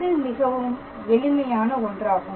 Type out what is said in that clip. இது மிகவும் எளிமையான ஒன்றாகும்